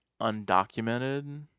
undocumented